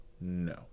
No